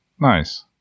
nice